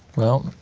well,